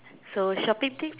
so shopping tips